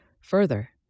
Further